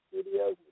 Studios